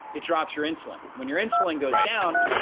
it drops your insulin when your insulin goes down.